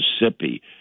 Mississippi